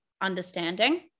understanding